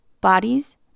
Bodies